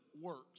works